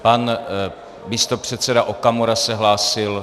Pan místopředseda Okamura se hlásil?